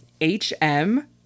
H-M